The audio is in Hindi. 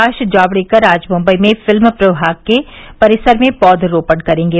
प्रकाश जावडेकर आज मुंबई में फिल्म प्रभाग के परिसर में पौधरोपण करेंगे